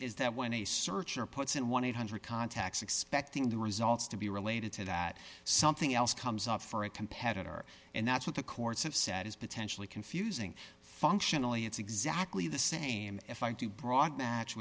is that when a searcher puts in one thousand eight hundred contacts expecting the results to be related to that something else comes up for a competitor and that's what the courts have said that is potentially confusing functionally it's exactly the same if i do broad match